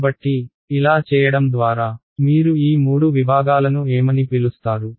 కాబట్టి ఇలా చేయడం ద్వారా మీరు ఈ మూడు విభాగాలను ఏమని పిలుస్తారు